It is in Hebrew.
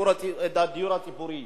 איננה בעיית